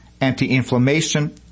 anti-inflammation